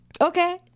Okay